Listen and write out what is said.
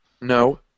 No